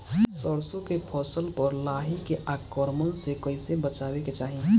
सरसो के फसल पर लाही के आक्रमण से कईसे बचावे के चाही?